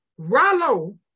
Rallo